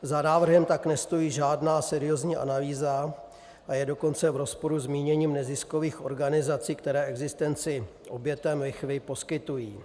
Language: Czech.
Za návrhem tak nestojí žádná seriózní analýza, a je dokonce v rozporu s míněním neziskových organizací, které existenci obětem lichvy poskytují.